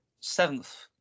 seventh